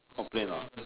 complain ah